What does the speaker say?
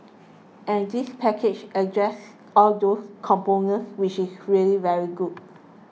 and this package addresses all those components which is really very good